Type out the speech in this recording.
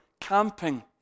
camping